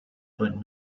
but